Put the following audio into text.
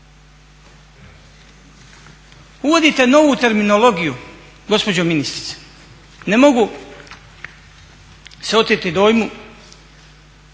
Uvodite novu terminologiju gospođo ministrice, ne mogu se oteti dojmu